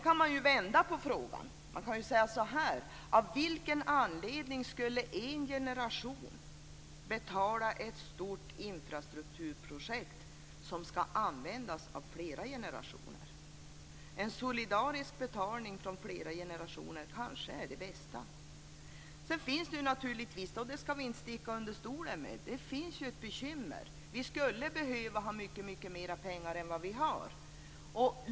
Man kan vända på frågan och säga så här: Av vilken anledning ska en generation betala ett stort infrastrukturprojekt som ska användas av flera generationer? En solidarisk betalning av flera generationer kanske är det bästa. Sedan finns det naturligtvis ett bekymmer. Det ska vi inte sticka under stol med. Vi skulle behöva ha mycket mer pengar än vad vi har.